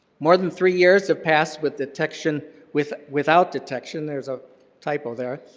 more than three years have passed with detection with without detection. there's a typo there.